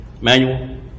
Manual